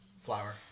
flour